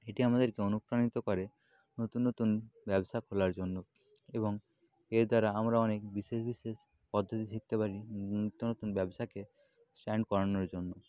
এটি আমাদেরকে অনুপ্রাণিত করে নতুন নতুন ব্যবসা খোলার জন্য এবং এর দ্বারা আমরা অনেক বিশেষ বিশেষ পদ্ধতি শিখতে পারি নিত্য নতুন ব্যবসাকে স্ট্যান্ড করানোর জন্য